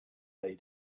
way